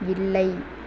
இல்லை